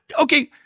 Okay